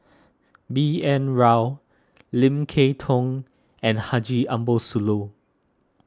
B N Rao Lim Kay Tong and Haji Ambo Sooloh